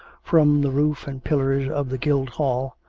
from the roof and pillars of the guildhall,